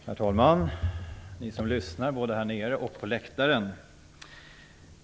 Herr talman! Åhörare både här i kammaren och på läktaren!